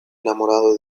enamorado